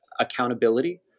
accountability